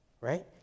right